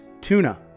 tuna